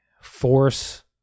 force